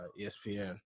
ESPN